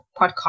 podcast